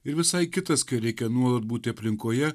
ir visai kitas kai reikia nuolat būti aplinkoje